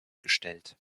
gestellt